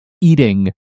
eating